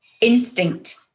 instinct